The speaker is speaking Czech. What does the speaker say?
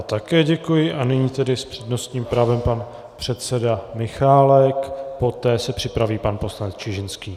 Také děkuji a nyní s přednostním právem pan předseda Michálek, poté se připraví pan poslanec Čižinský.